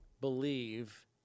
believe